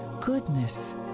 goodness